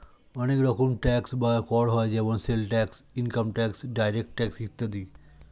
অনেক রকম ট্যাক্স বা কর হয় যেমন sales tax, income tax, direct tax ইত্যাদি